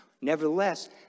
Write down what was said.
Nevertheless